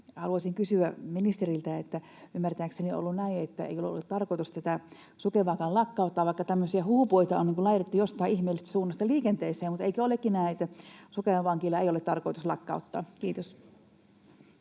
haluaisin kysyä ministeriltä: Ymmärtääkseni on ollut näin, että ei ole ollut tarkoitus Sukevaakaan lakkauttaa, vaikka tämmöisiä huhupuheita on laitettu jostain ihmeellisestä suunnasta liikenteeseen. Mutta eikö olekin näin, että Sukevan vankilaa ei ole tarkoitus lakkauttaa? — Kiitos.